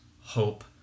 hope